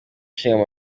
ishinga